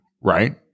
right